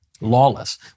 lawless